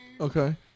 Okay